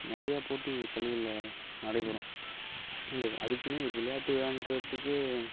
நிறையா போட்டி பள்ளிகளில் நடைபெறும் அதுக்கெனே ஒரு விளையாட்டு விழாகிறத்துக்கு